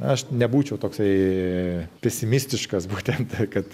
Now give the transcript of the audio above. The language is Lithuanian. aš nebūčiau toksai pesimistiškas būtent kad